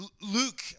Luke